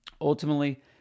Ultimately